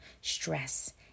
stress